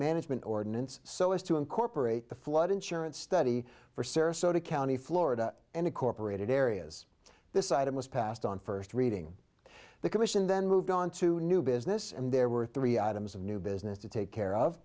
management ordinance so as to incorporate the flood insurance study for sarasota county florida and corporate areas this item was passed on first reading the commission then moved on to new business and there were three items of new business to take care of